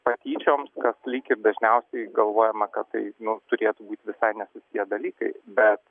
patyčioms lyg ir dažniausiai galvojama kad tai turėtų būt visai nesusiję dalykai bet